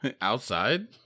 Outside